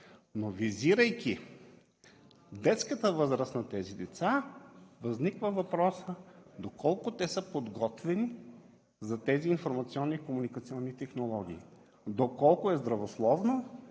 но визирайки детската възраст на тези деца, възниква въпросът доколко те са подготвени за тези информационни и комуникационни технологии? Доколко е здравословно?